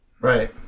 right